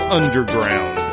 underground